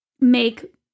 make